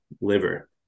liver